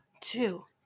two